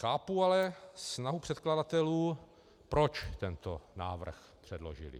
Chápu ale snahu předkladatelů, proč tento návrh předložili.